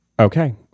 Okay